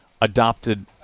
adopted